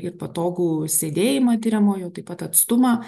ir patogų sėdėjimą tiriamojo taip pat atstumą